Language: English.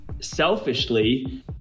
selfishly